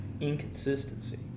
inconsistency